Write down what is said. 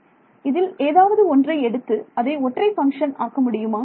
மாணவர் இதில் ஏதாவது ஒன்றை எடுத்து அதை ஒற்றை பங்க்ஷன் ஆக்க முடியுமா